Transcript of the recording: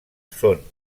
són